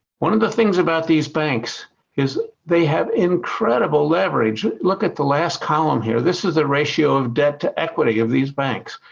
one of the things about these banks is they have incredible leverage. look at the last column here. this is the ratio of debt to equity of these banks.